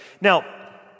Now